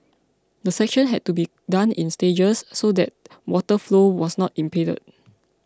the section had to be done in stages so that water flow was not impeded